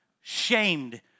shamed